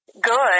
good